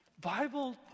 Bible